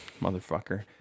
Motherfucker